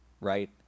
Right